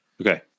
Okay